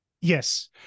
Yes